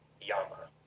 Yama